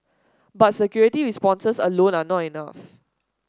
but security responses alone are not enough